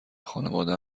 خانواده